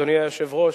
אדוני היושב-ראש,